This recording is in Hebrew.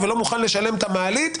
ולא מוכן לשלם את המעלית,